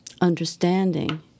understanding